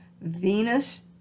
Venus